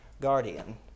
guardian